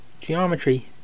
geometry